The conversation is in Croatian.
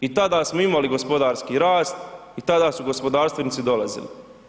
I tada smo imali gospodarski rast, i tada su gospodarstvenici dolazili.